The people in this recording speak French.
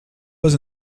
pas